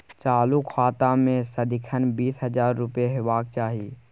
चालु खाता मे सदिखन बीस हजार रुपैया हेबाक चाही